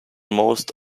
most